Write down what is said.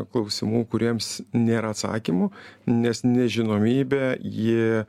klausimų kuriems nėra atsakymų nes nežinomybė ji